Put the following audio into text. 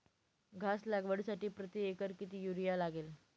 घास लागवडीसाठी प्रति एकर किती युरिया लागेल?